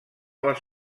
les